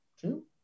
two